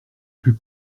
put